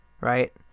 right